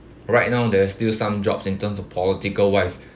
right now there are still some jobs in terms of political wise